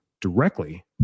directly